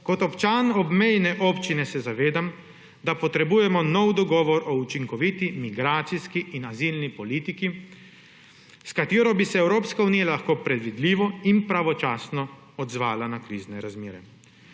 Kot občan obmejne občine se zavedam, da potrebujemo nov dogovor o učinkoviti migracijski in azilni politiki, s katero bi se Evropska unija lahko predvidljivo in pravočasno odzvala na krizne razmere.